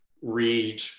read